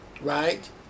right